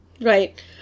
Right